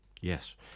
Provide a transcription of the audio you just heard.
Yes